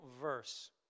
verse